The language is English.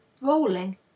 rolling